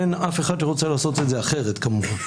אין אף אחד שרוצה לעשות את זה אחרת כמובן.